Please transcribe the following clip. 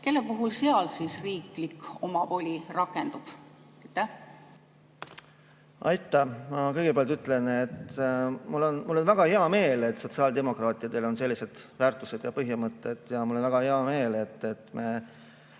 kelle puhul seal siis riigi omavoli rakendub? Aitäh! Ma kõigepealt ütlen, et mul on väga hea meel, et sotsiaaldemokraatidel on sellised väärtused ja põhimõtted. Ja mul on väga hea meel, et me